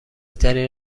ترین